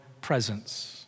Presence